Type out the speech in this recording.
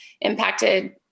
impacted